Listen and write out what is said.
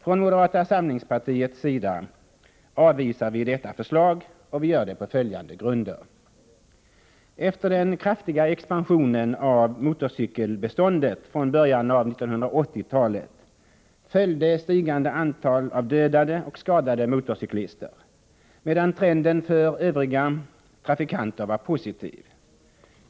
Från moderata samlingspartiets sida avvisar vi detta förslag och vi gör det på följande grunder: Efter den kraftiga expansionen av motorcykelbeståndet i början av 1980-talet följde ett stigande antal av dödade och skadade motorcyklister, medan trenden för övriga trafikanter var positiv.